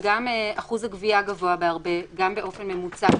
וגם אחוז הגבייה גבוה בהרבה, גם באופן ממוצע,